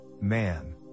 man